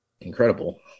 incredible